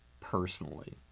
personally